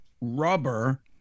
rubber